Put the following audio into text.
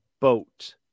boat